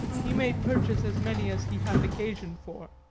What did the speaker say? he may purchase as many as he hath occasion for.